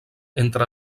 entre